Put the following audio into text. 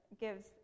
gives